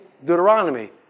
Deuteronomy